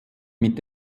mit